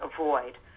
avoid